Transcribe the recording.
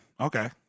okay